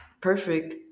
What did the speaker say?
perfect